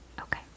Okay